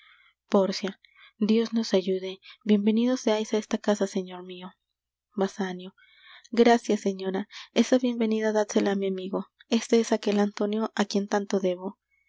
pórcia dios nos ayude bien venido seais á esta casa señor mio suprimo un juego de palabras intraducible basanio gracias señora esa bienvenida dádsela á mi amigo este es aquel antonio á quien tanto debo